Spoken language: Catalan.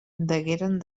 degueren